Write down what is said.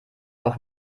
auch